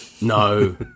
No